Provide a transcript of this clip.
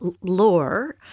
lore